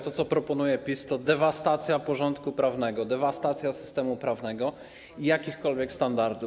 To, co proponuje PiS, to dewastacja porządku prawnego, dewastacja systemu prawnego i jakichkolwiek standardów.